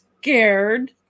scared